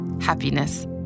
happiness